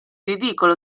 ridicolo